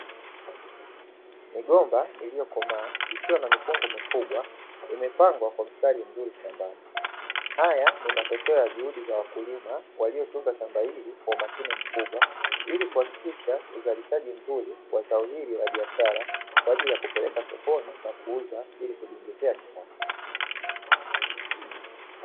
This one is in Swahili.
Migomba iliyokomaa, ikiwa na mikungu mikubwa, imepangwa kwa mstari mzuri shambani. Haya ni matokeo ya juhudi za wakulima waliotunza shamba hili kwa umakini mkubwa, ili kuhakikisha uzalishaji mzuri wa zao hili la biashara kwa ajili ya kupeleka sokoni na kuuza ili kujiongezea kipato.